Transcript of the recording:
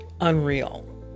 unreal